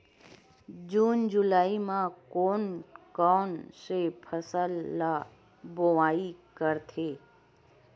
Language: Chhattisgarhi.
जून जुलाई म कोन कौन से फसल ल बोआई करथे?